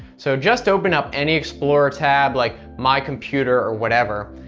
so just open up any explorer tab, like my computer or whatever.